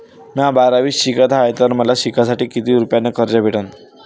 म्या बारावीत शिकत हाय तर मले शिकासाठी किती रुपयान कर्ज भेटन?